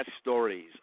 stories